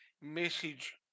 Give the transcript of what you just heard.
message